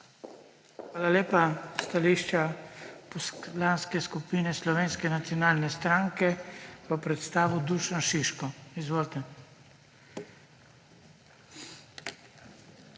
Hvala lepa. Stališče Poslanske skupine Slovenske nacionalne stranke bo predstavil Dušan Šiško. Izvolite. **DUŠAN